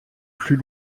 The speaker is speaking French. plus